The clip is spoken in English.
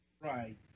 Right